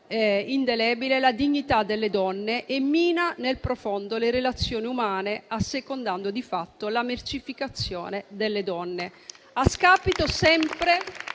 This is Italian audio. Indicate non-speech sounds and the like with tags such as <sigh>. indelebile la dignità delle donne e mina nel profondo le relazioni umane, assecondando di fatto la mercificazione delle donne, <applause>